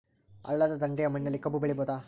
ಹಳ್ಳದ ದಂಡೆಯ ಮಣ್ಣಲ್ಲಿ ಕಬ್ಬು ಬೆಳಿಬೋದ?